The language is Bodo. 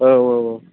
औ औ औ